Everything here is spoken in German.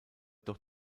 doch